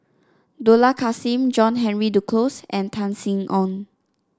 Dollah Kassim John Henry Duclos and Tan Sin Aong